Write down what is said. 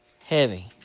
Heavy